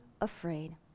afraid